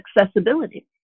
accessibility